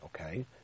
Okay